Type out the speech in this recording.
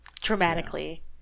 Dramatically